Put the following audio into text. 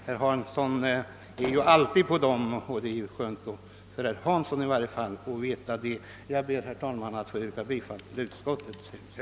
Men det gör ju alltid herr Hansson i Skegrie, och det är naturligtvis bra för honom. Jag yrkar, herr talman, bifall till utskottets hemställan.